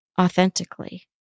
authentically